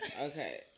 Okay